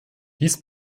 dies